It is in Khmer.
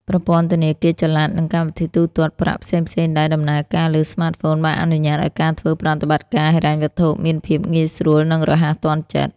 ប្រព័ន្ធធនាគារចល័ត និងកម្មវិធីទូទាត់ប្រាក់ផ្សេងៗដែលដំណើរការលើ ស្មាតហ្វូន បានអនុញ្ញាតឲ្យការធ្វើប្រតិបត្តិការហិរញ្ញវត្ថុមានភាព ងាយស្រួល និងរហ័សទាន់ចិត្ត ។